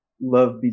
love